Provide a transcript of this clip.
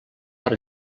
per